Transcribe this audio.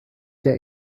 der